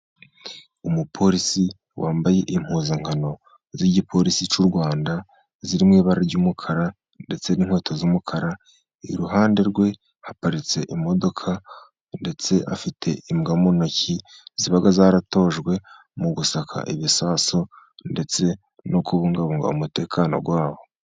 Umupolisi wambaye impuzankano z'igipolisi cy'u Rwanda ziri mu ibara ry'umukara ndetse n'inkweta z'umukara. Iruhande rwe haparitse imodoka, ndetse afite imbwa mu ntoki ziba zaratojwe mu gusaka ibisasu ndetse no kubungabunga umutekano wabo.